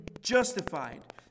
justified